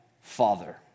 father